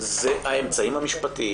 זה האמצעים המשפטיים